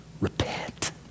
Repent